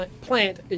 Plant